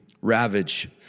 Ravage